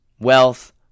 Wealth